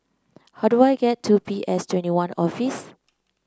how do I get to P S Twenty One Office